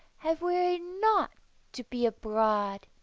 have wearied not to be abroad.